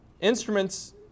Instruments